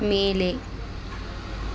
மேலே